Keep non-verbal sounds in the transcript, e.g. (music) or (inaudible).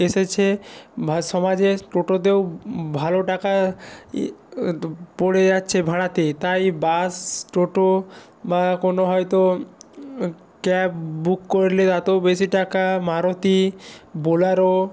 এসেছে ভা (unintelligible) সমাজে টোটোতেও ভালো টাকা পড়ে যাচ্ছে ভাড়াতে তাই বাস টোটো বা কোনো হয়তো ক্যাব বুক করলে তাতেও বেশি টাকা মারুতি বোলেরো